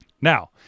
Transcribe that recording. Now